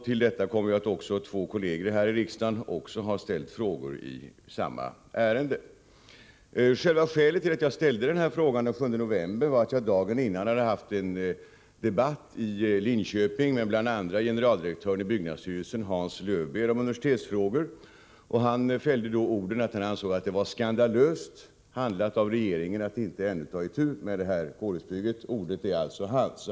Till detta kommer att två kolleger här i riksdagen också ställt frågor i samma ärende. Själva skälet till att jag ställde frågan den 7 november var att jag dagen innan hade haft en debatt i Linköping med bl.a. generaldirektören i byggnadsstyrelsen Hans Löwbeer om universitetsfrågor. Generaldirektören fällde då orden att han ansåg att det var skandalöst handlat av regeringen att ännu inte ha tagit itu med kårhusbygget. Orden är alltså hans.